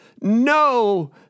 No